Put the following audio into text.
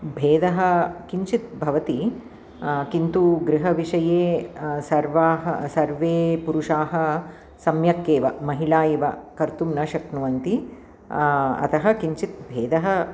भेदः किञ्चित् भवति किन्तु गृहविषये सर्वाः सर्वे पुरुषाः सम्यगेव महिलाः इव कर्तुं न शक्नुवन्ति अतः किञ्चित् भेदः